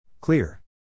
clear